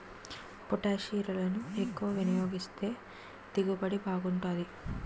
పొటాషిరులను ఎక్కువ వినియోగిస్తే దిగుబడి బాగుంటాది